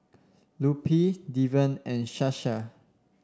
Lupe Deven and Sasha